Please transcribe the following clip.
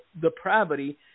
depravity